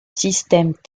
système